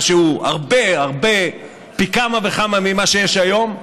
מה שהוא הרבה הרבה, פי כמה וכמה, ממה שיש היום.